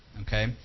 okay